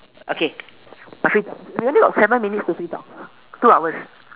okay a free talk we only got seven minutes to free talk two hours